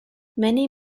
many